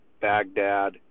Baghdad